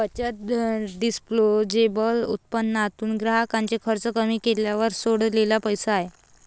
बचत हे डिस्पोजेबल उत्पन्नातून ग्राहकाचे खर्च कमी केल्यावर सोडलेला पैसा आहे